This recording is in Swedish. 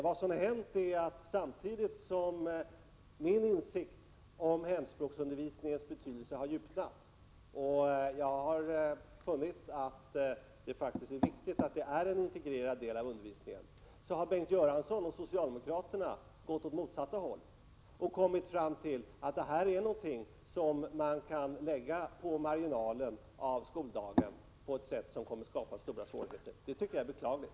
Vad som har hänt är att samtidigt som min insikt om hemspråksundervisningens betydelse har djupnat och jag har funnit att det faktiskt är viktigt att den är en integrerad del av undervisningen, har Bengt Göransson och socialdemokraterna gått åt det motsatta hållet och kommit fram till att detta är någonting som man kan lägga på marginalen av skoldagen, på ett sätt som kommer att skapa stora svårigheter. Det tycker jag är beklagligt.